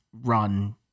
run